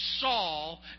Saul